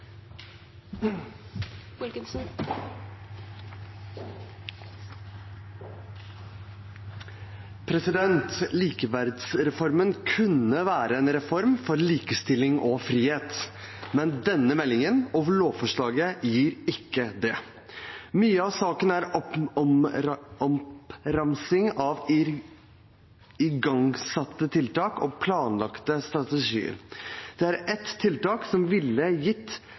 Likeverdsreformen kunne vært en reform for likestilling og frihet. Men med denne meldingen og lovforslaget blir det ikke det. Mye av saken er oppramsing av igangsatte tiltak og planlagte strategier. Det er ett tiltak som ville gitt